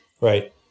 Right